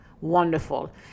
wonderful